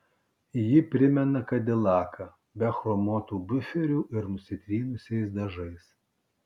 ji primena kadilaką be chromuotų buferių ir nusitrynusiais dažais